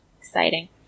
Exciting